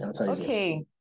Okay